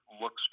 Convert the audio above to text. looks